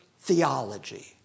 theology